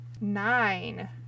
Nine